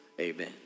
amen